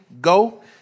Go